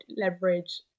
leverage